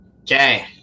Okay